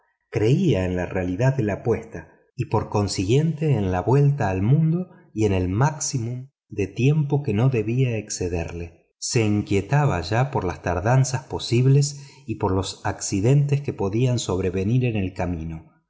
creía en la realidad de la apuesta y por consiguiente en la vuelta al mundo y en el maximum de tiempo que no debía excederse se inquietaba ya por las tardanzas posibles y por los accidentes que podían sobrevenir en el camino